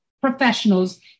professionals